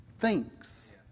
thinks